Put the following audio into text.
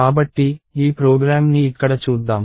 కాబట్టి ఈ ప్రోగ్రామ్ ని ఇక్కడ చూద్దాం